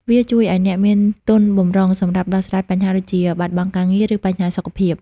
វាជួយឱ្យអ្នកមានទុនបម្រុងសម្រាប់ដោះស្រាយបញ្ហាដូចជា បាត់បង់ការងារ ឬបញ្ហាសុខភាព។